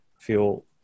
feel